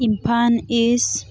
Imphal ꯏꯁ